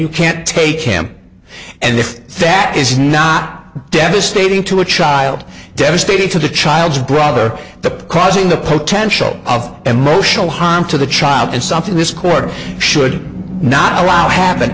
you can't take him and if that is not devastating to a child devastating to the child's brother the causing the potential of emotional harm to the child and something this court should not allow ha